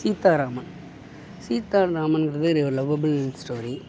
சீத்தாராமன் சீத்தாராமங்கிறது ஒரு lovable story